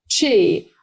chi